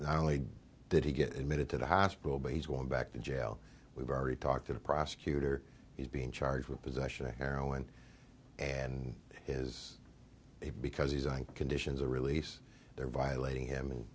not only did he get admitted to the hospital but he's going back to jail we've already talked to the prosecutor he's being charged with possession of heroin and is because he's on conditions of release they're violating him